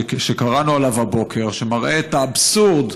שקראנו עליו הבוקר, שמראה את האבסורד